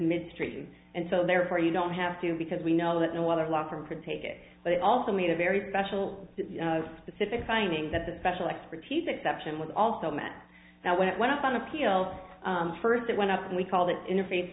midstream and so therefore you don't have to because we know that no other law firm could take it but it also made a very special specific finding that the special expertise exception was also meant that when it went up on appeal first it went up and we called it interface